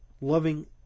Loving